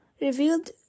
revealed